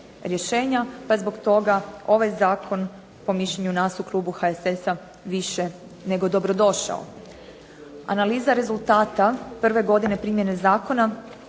je zbog toga ovaj zakon po mišljenju nas u klubu HSS-a više nego dobrodošao. Analiza rezultata prve godine primjene zakona